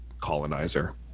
colonizer